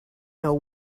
know